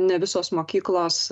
ne visos mokyklos